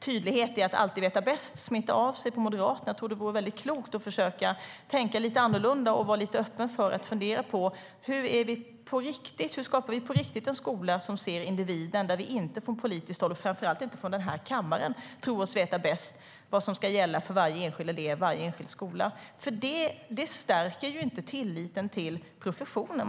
tydlighet i att alltid veta bäst smittar av sig på Moderaterna. Jag tror att det vore klokt att försöka tänka lite annorlunda och vara öppen för att fundera på hur vi på riktigt skapar en skola som ser individen och där vi inte från politiskt håll, och framför allt inte från den här kammaren, tror oss veta bäst vad som ska gälla för varje enskild elev i varje enskild skola. Det stärker nämligen inte tilliten till professionen.